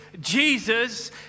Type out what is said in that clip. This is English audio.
Jesus